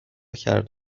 کرد